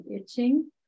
itching